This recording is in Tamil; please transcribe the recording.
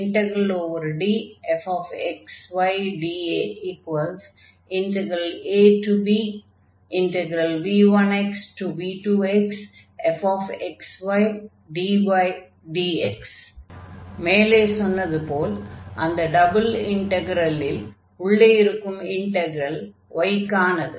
∬DfxydAabv1v2fxydydx மேலே சொன்னது போல் அந்த டபுள் இண்டக்ரலில் உள்ளே இருக்கும் இன்டக்ரல் y க்கானது